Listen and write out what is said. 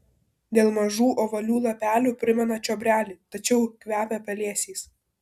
dėl mažų ovalių lapelių primena čiobrelį tačiau kvepia pelėsiais